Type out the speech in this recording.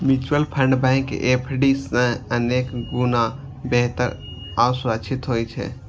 mutual fund bank FD सं अनेक गुणा बेहतर आ सुरक्षित होइ छै